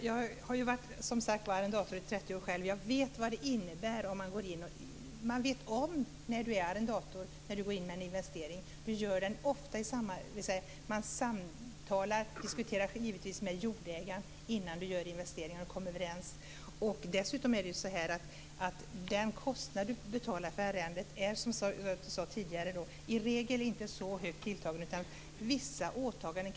Herr talman! Jag har själv varit arrendator i 30 år, och jag vet vad det innebär att göra en investering. En arrendator diskuterar givetvis och kommer överens med jordägaren innan han gör investeringen. Dessutom är den avgift man betalar för arrendet i regel inte så högt tilltagen, utan man kan göra vissa åtaganden.